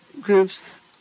groups